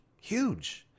Huge